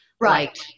Right